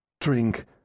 Drink